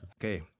Okay